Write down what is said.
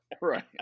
right